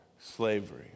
slavery